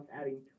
adding